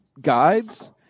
guides